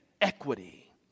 equity